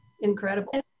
incredible